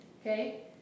okay